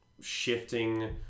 shifting